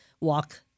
walk